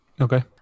Okay